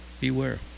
Beware